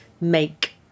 make